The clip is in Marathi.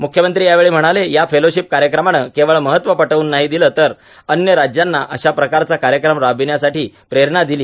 मुख्यमंत्री यावेळी म्हणाले या फेलोशिप कार्यक्रमाने केवळ महत्व पटवून नाही दिले तर अन्य राज्यांना अशा प्रकारचा कार्यक्रम राबविण्यासाठीही प्रेरणा दिली